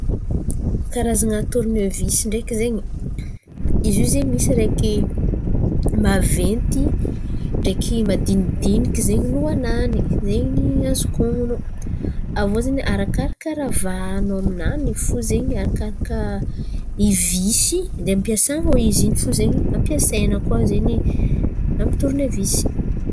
Karazana tornevisy ndraiky zen̈y, izy io zen̈y misy araiky maventy ndraiky madinidiniky zen̈y lohan̈any, zay zen̈y no azoko on̈ono. Avô zen̈y arakaraka ràha vahan̈ao aminany, arakaraka visy ndeha ampiasan̈ao in̈y fo zen̈y ampiasaina amy ny tornevis.